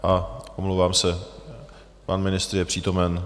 A omlouvám se, pan ministr je přítomný.